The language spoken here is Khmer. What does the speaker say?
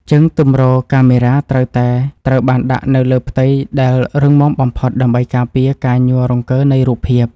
ជើងទម្រកាមេរ៉ាត្រូវតែត្រូវបានដាក់នៅលើផ្ទៃដែលរឹងមាំបំផុតដើម្បីការពារការញ័ររង្គើនៃរូបភាព។